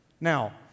Now